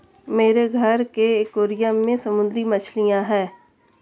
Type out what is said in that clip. मेरे घर के एक्वैरियम में समुद्री मछलियां हैं